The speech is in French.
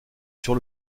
sur